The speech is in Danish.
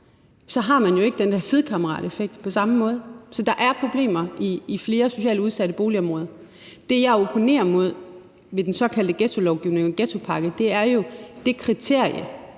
Så har man jo ikke den der sidekammerateffekt på samme måde. Så der er problemer i flere socialt udsatte boligområder. Det, jeg opponerer mod ved den såkaldte ghettolovgivning og ghettopakke, er det kriterie,